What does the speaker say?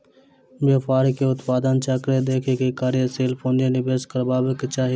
व्यापार के उत्पादन चक्र देख के कार्यशील पूंजी निवेश करबाक चाही